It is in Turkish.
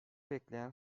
bekleyen